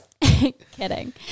Kidding